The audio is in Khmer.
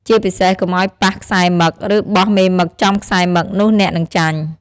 ជាពិសេសកុំអោយប៉ះខ្សែរមឹក ឬបោះមេមឹកចំខ្សែរមឹកនោះអ្នកនឹងចាញ់។